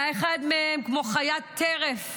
שאחד מהם, כמו חיית טרף,